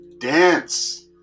dance